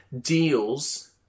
deals